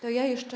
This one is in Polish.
To ja jeszcze.